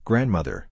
Grandmother